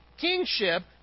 kingship